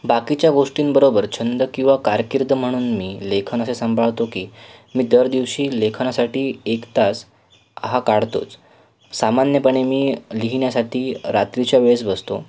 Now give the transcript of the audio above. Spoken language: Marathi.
बाकीच्या गोष्टींबरोबर छंद किंवा कारकीर्द म्हणून मी लेखन असे सांभाळतो की मी दर दिवशी लेखनासाठी एक तास हा काढतोच सामान्यपणे मी लिहीण्यासाठी रात्रीच्या वेळेस बसतो